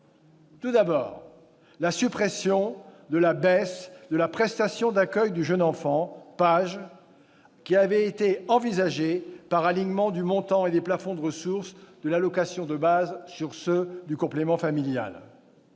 aux dépenses : la suppression de la baisse de la prestation d'accueil du jeune enfant, la PAJE, qui avait été envisagée par alignement du montant et des plafonds de ressources de l'allocation de base sur ceux du complément familial